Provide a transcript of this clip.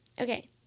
Okay